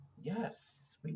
yes